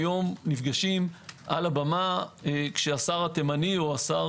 היום נפגשים על הבמה, כשהשר התימני או השר